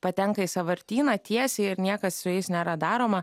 patenka į sąvartyną tiesiai ir niekas su jais nėra daroma